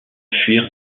fuir